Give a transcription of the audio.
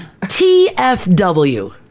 TFW